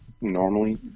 normally –